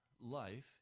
life